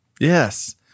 Yes